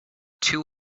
two